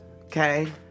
okay